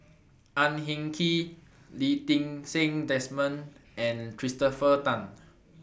Ang Hin Kee Lee Ti Seng Desmond and Christopher Tan